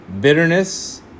Bitterness